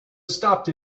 stopped